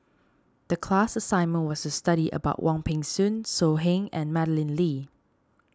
the class assignment was to study about Wong Peng Soon So Heng and Madeleine Lee